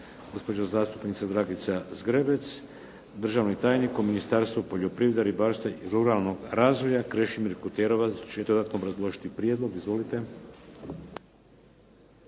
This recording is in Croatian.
gospođa zastupnica Dragica Zgrebec. Državni tajnik u Ministarstvu poljoprivrede, ribarstva i ruralnog razvoja Krešimir Kuterovac će dodatno obrazložiti prijedlog. Izvolite.